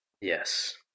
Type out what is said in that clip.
Yes